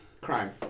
crime